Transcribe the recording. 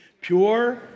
pure